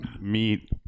meat